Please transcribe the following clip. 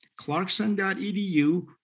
clarkson.edu